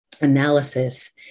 analysis